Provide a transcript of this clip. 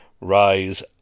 rise